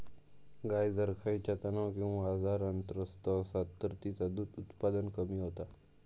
गाय जर खयच्या तणाव किंवा आजारान त्रस्त असात तर तिचा दुध उत्पादन कमी होता